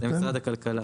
משרד הכלכלה?